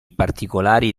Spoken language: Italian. particolari